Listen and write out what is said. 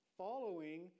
following